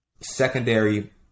secondary